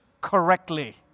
correctly